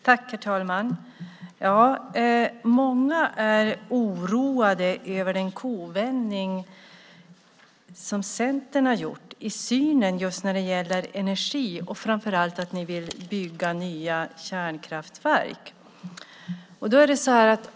Herr talman! Många är oroade över den kovändning som Centern har gjort i synen just när det gäller energi och framför allt att ni vill bygga nya kärnkraftverk.